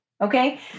okay